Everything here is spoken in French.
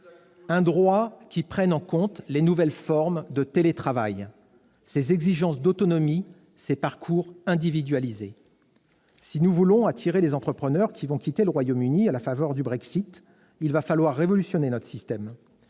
un droit qui prenne en compte les nouvelles formes de télétravail, ces exigences d'autonomie, ces parcours individualisés. Si nous voulons attirer les entrepreneurs qui vont quitter le Royaume-Uni à la faveur du Brexit, il va falloir révolutionner notre système